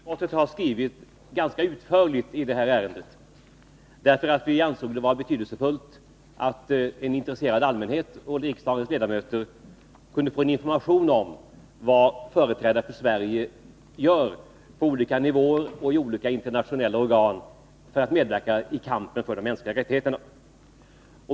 Herr talman! Utrikesutskottet har en ganska utförlig skrivning i detta ärende. Vi ansåg det betydelsefullt att en intresserad allmänhet och riksdagens ledamöter kunde få information om vad företrädare för Sverige gör på olika nivåer i skilda internationella organ för att medverka i kampen för de mänskliga rättigheterna.